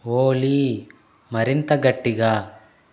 ఓలీ మరింత గట్టిగా